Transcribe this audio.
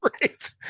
Right